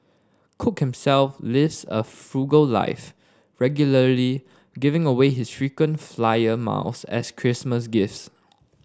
cook himself a frugal life regularly giving away his frequent flyer miles as Christmas gifts